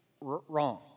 Wrong